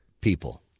people